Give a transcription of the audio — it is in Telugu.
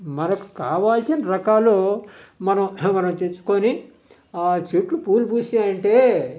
మనకు కావాల్సిన రకాలు మనం మనం తెచ్చుకోని ఆ చెట్లు పూలు పూసినాయంటే